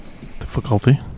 Difficulty